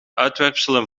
uitwerpselen